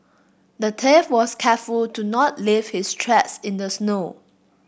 the thief was careful to not leave his tracks in the snow